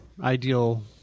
ideal